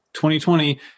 2020